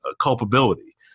culpability